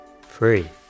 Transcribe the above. free